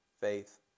faith